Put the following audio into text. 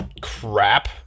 crap